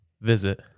visit